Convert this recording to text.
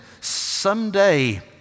someday